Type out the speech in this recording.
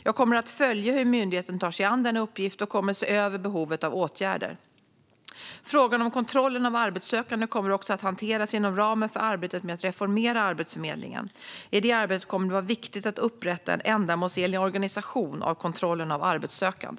Jag kommer att följa hur myndigheten tar sig an denna uppgift och kommer att se över behovet av åtgärder. Frågan om kontrollen av arbetssökande kommer också att hanteras inom ramen för arbetet med att reformera Arbetsförmedlingen. I det arbetet kommer det att vara viktigt att upprätta en ändamålsenlig organisation av kontrollen av arbetssökande.